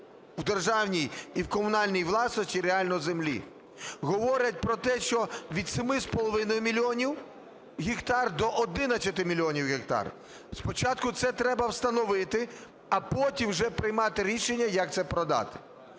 в державній і в комунальній власності реально землі. Говорять про те, що від 7 з половиною мільйонів гектарів до 11 мільйонів гектарів. Спочатку це треба встановити, а потім вже приймати рішення як це продати.